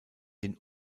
den